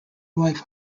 life